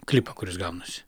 klipą kuris gaunasi